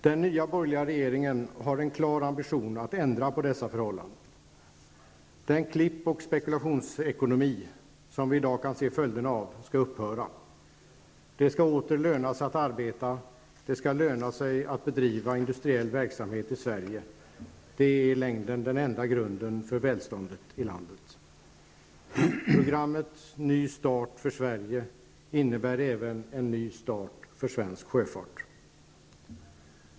Den nya borgerliga regeringen har en klar ambition att ändra på dessa förhållanden. Den klipp och spekulationsekonomi, som vi i dag kan se följderna av, skall upphöra. Det skall åter löna sig att arbeta, och det skall löna sig att bedriva industriell verksamhet i Sverige. Det är i längden den enda grunden för välståndet i landet. Programmet Ny start för Sverige innebär även en ny start för svensk sjöfart.